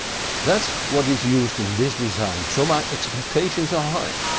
that's what is used in this design so my expectations are high.